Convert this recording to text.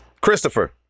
christopher